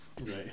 right